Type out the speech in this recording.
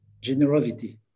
Generosity